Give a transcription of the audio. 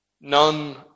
None